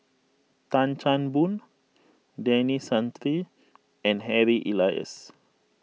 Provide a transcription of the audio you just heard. Tan Chan Boon Denis Santry and Harry Elias